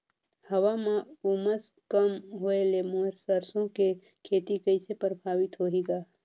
हवा म उमस कम होए ले मोर सरसो के खेती कइसे प्रभावित होही ग?